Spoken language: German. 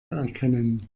erkennen